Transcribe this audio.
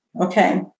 okay